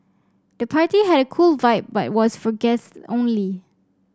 the party had a cool vibe but was for guests only